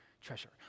treasure